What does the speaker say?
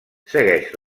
segueix